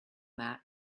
that